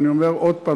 ואני אומר שוב,